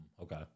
Okay